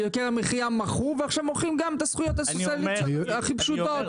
יוקר המחייה מחו ועכשיו מוחים גם את הזכויות הסוציאליות הכי פשוטות.